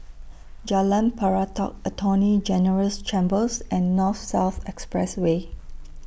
Jalan Pelatok Attorney General's Chambers and North South Expressway